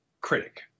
critic